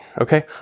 Okay